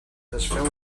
desfeu